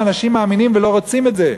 הם אנשים מאמינים ולא רוצים את זה.